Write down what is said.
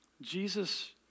Jesus